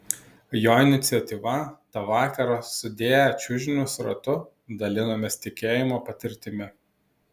jo iniciatyva tą vakarą sudėję čiužinius ratu dalinomės tikėjimo patirtimi